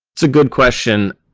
it's a good question.